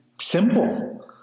simple